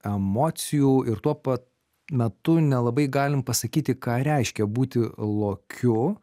emocijų ir tuo pat metu nelabai galim pasakyti ką reiškia būti lokiu